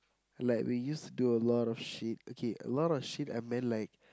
like we use to do a lot of shit okay a lot of shit I meant like